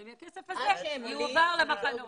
צריך שמהכסף הזה יעבירו סיוע למחנות.